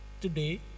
today